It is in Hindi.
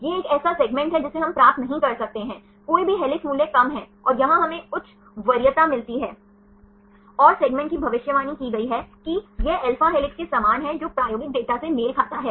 यह एक ऐसा सेगमेंट है जिसे हम प्राप्त नहीं कर सकते हैं कोई भी हेलिक्स मूल्य कम है और यहां हमें उच्च वरीयता मिलती है और सेगमेंट की भविष्यवाणी की गई है कि यह alpha हेलिक्स के समान है जो प्रायोगिक डेटा से मेल खाता है